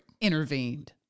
intervened